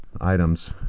items